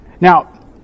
Now